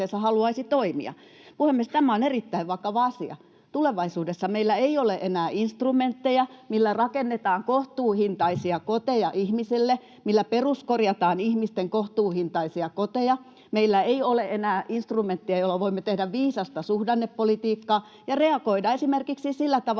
Tämä on erittäin vakava asia. Tulevaisuudessa meillä ei ole enää instrumentteja, millä rakennetaan kohtuuhintaisia koteja ihmisille, millä peruskorjataan ihmisten kohtuuhintaisia koteja, meillä ei ole enää instrumentteja, joilla voimme tehdä viisasta suhdannepolitiikkaa ja reagoida esimerkiksi sillä tavalla